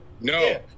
No